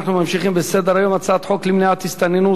אנחנו ממשיכים בסדר-היום: הצעת חוק למניעת הסתננות